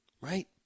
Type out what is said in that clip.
right